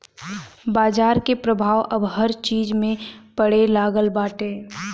बाजार के प्रभाव अब हर चीज पे पड़े लागल बाटे